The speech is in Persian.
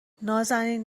نازنین